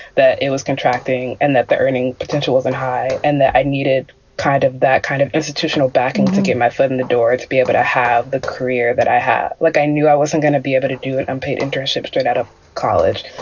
that it was contracting and that the earning potential wasn't high and that i needed kind of that kind of institutional backing to get my foot in the door, to be able to have the career that i had. like, i knew i wasn't gonna be able to do it. unpaid internships straight out of college.